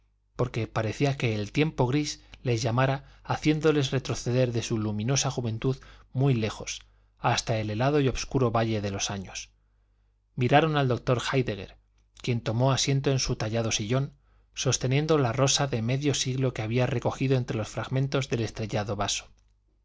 porque parecía que el tiempo gris les llamara haciéndoles retroceder de su luminosa juventud muy lejos hasta el helado y obscuro valle de los años miraron al doctor héidegger quien tomó asiento en su tallado sillón sosteniendo la rosa de medio siglo que había recogido entre los fragmentos del estrellado vaso